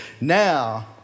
Now